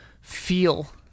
feel